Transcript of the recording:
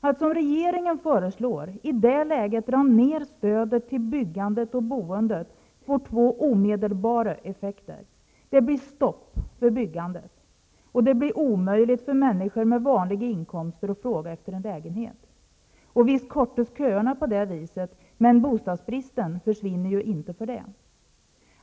Att, som regeringen föreslår, i det läget dra ner stödet till byggandet och boendet får två omdelbara effekter. Det blir stopp för byggandet. Och det blir omöjligt för människor med vanliga inkomster att efterfråga en lägenhet. Visst kortas köerna på det viset, men bostadsbristen försvinner inte.